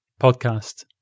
podcast